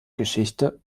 geschichte